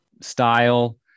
style